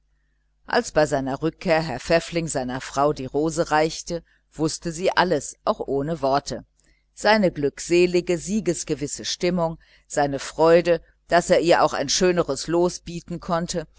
als bei seiner heimkehr herr pfäffling seiner frau die rose reichte wußte sie alles auch ohne worte seine glückselige siegesgewisse stimmung seine freude daß er auch ihr ein schöneres los bieten konnte